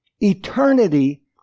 eternity